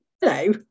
Hello